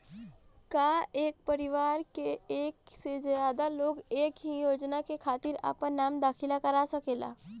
का एक परिवार में एक से ज्यादा लोग एक ही योजना के खातिर आपन नाम दाखिल करा सकेला?